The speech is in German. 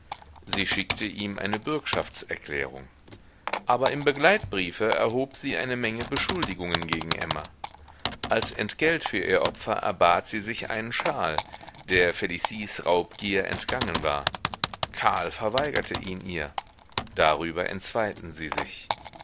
sie schickte ihm eine bürgschaftserklärung aber im begleitbriefe erhob sie eine menge beschuldigungen gegen emma als entgelt für ihr opfer erbat sie sich einen schal der felicies raubgier entgangen war karl verweigerte ihn ihr darüber entzweiten sie sich